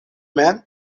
mem